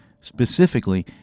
Specifically